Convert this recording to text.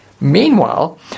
Meanwhile